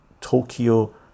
Tokyo